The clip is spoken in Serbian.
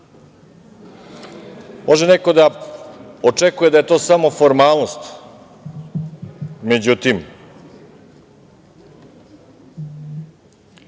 neko da očekuje da je to samo formalnost. Međutim,